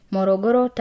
Morogoro